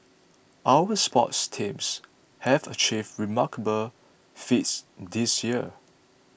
our sports teams have achieved remarkable feats this year